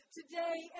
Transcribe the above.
today